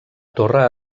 torre